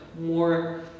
more